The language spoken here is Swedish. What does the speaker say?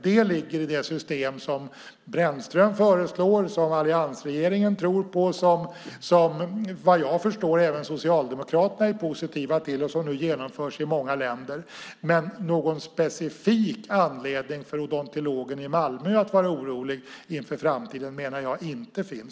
Det ligger i det system som Brännström föreslår, som alliansregeringen tror på och som vad jag förstår även Socialdemokraterna är positiva till. Det genomförs nu i många länder. Men jag menar att det inte finns någon specifik anledning för odontologen i Malmö att vara orolig inför framtiden.